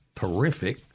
terrific